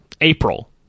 April